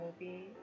movie